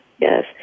yes